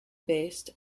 based